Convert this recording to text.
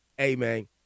Amen